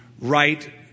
right